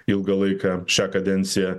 ilgą laiką šią kadenciją